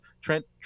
Trent